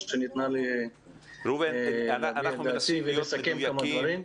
שניתנה לי -- ראובן אנחנו מנסים להיות מדויקים.